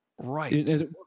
Right